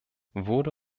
wurde